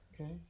okay